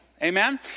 Amen